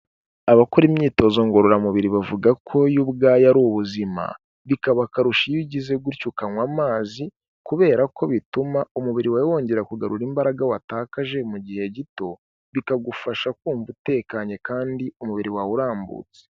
Abakora imyitozo ngororamubiri bavuga ko yo ubwaya ari ubuzima, bikaba akarusho iyo ugize gutyo ukanywa amazi kubera ko bituma umubiri wawe wongera kugarura imbaraga watakaje mu gihe gito bikagufasha kumva utekanye kandi umubiri wawe urambutse.